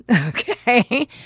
okay